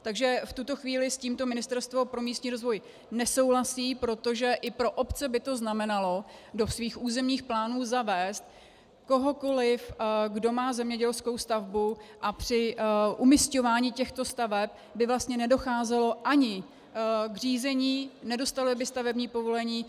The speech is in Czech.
Takže v tuto chvíli s tímto Ministerstvo pro místní rozvoj nesouhlasí, protože i pro obce by to znamenalo do svých územních plánů zavést kohokoliv, kdo má zemědělskou stavbu, a při umisťování těchto staveb by vlastně nedocházelo ani k řízení, nedostaly by stavební povolení.